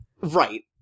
Right